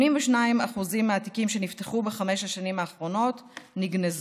82% מהתיקים שנפתחו בחמש השנים האחרונות נגנזו.